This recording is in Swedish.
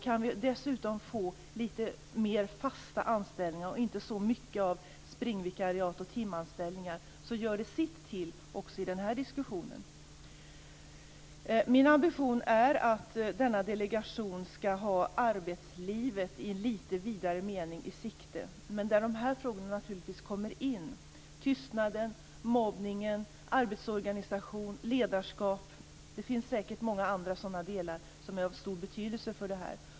Kan vi dessutom få litet fler fasta anställningar och inte så mycket av springvikariat och timanställningar gör det sitt till också i den här diskussionen. Min ambition är att denna delegation skall ha arbetslivet i litet vidare mening i sikte, och här kommer naturligtvis dessa frågor in: tystnaden, mobbningen, arbetsorganisation och ledarskap. Det finns säkert många andra sådana delar som är av stor betydelse för detta.